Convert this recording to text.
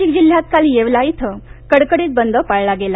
नाशिक जिल्ह्यात काल येवला इथं कडकडीत बंद पाळला गेला